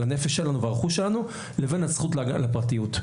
על הנפש שלנו ועל הרכוש שלנו לבין הזכות להגנה על הפרטיות.